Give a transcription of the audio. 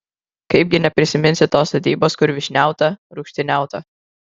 kaipgi neprisiminsi tos sodybos kur vyšniauta rūgštyniauta